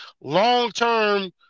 long-term